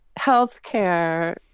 healthcare